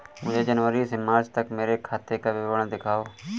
मुझे जनवरी से मार्च तक मेरे खाते का विवरण दिखाओ?